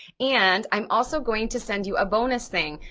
and i'm also going to send you a bonus thing.